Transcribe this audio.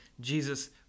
Jesus